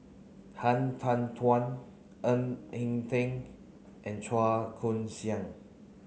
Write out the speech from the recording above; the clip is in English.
Han Tan Ng Eng Teng and Chua Koon Siong